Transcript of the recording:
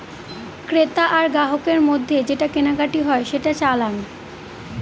ক্রেতা আর গ্রাহকের মধ্যে যে কেনাকাটি হয় সেটা চালান